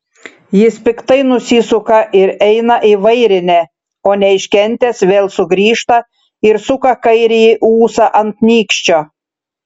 jis piktai nusisuka ir eina į vairinę o neiškentęs vėl sugrįžta ir suka kairįjį ūsą ant nykščio